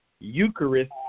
Eucharist